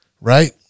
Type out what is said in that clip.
right